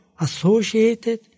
associated